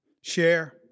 share